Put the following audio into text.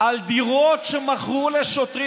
על דירות שמכרו לשוטרים.